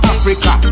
Africa